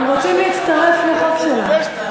הם רוצים להצטרף לחוק שלך.